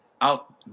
out